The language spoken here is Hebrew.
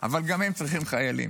וגם הם צריכים חיילים,